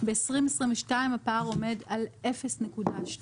ב-2022 הפער עומד על 0.2,